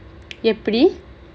எப்புடி:eppudi